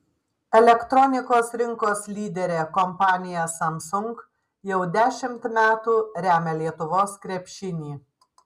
elektronikos rinkos lyderė kompanija samsung jau dešimt metų remia lietuvos krepšinį